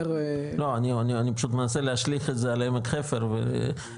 אני פשוט מנסה להשליך את זה על עמק חפר ובסוף